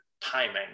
timing